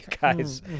guys